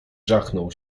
żachnął